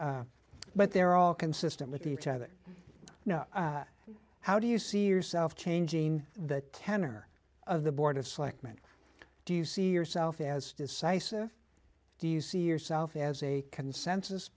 but they're all consistent with each other how do you see yourself changing the tenor of the board of selectmen do you see yourself as decisive do you see yourself as a consensus